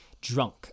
Drunk